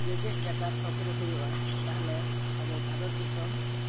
ᱡᱮᱜᱮᱛ ᱡᱟᱠᱟᱛ ᱛᱷᱚᱠ ᱨᱮ ᱦᱩᱭᱩᱜᱼᱟ ᱛᱟᱦᱚᱞᱮ ᱟᱵᱚ ᱵᱷᱟᱨᱚᱛ ᱫᱤᱥᱚᱢ